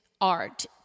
art